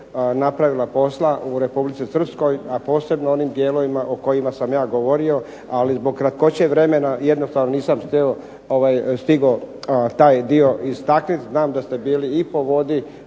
napravila posla u Republici Srpskoj a posebno u onim dijelovima o kojima sam ja govorio ali zbog kratkoće vremena jednostavno nisam stigao taj dio istaknuti. Znam da ste bili i po vodi,